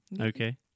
Okay